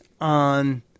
on